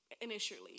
initially